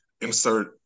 insert